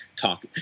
talk